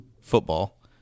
football